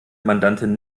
mandantin